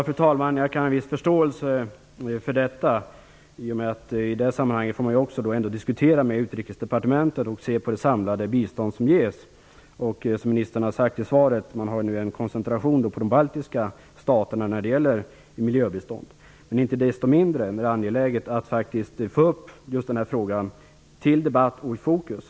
Fru talman! Jag kan ha viss förståelse för vad miljöministern sade. I det sammanhanget måste det ske en diskussion med Utrikesdepartementet och göras en översyn av det samlade bistånd som ges. Miljöministern har sagt i sitt svar att det sker en koncentration på de baltiska staterna när det gäller miljöbistånd. Icke desto mindre är det angeläget att faktiskt ta upp frågan till debatt och sätta den i fokus.